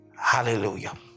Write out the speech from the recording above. hallelujah